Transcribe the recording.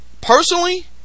Personally